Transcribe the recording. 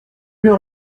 mieux